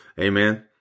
Amen